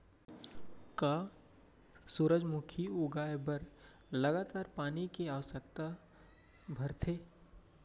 का सूरजमुखी उगाए बर लगातार पानी के आवश्यकता भरथे?